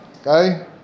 Okay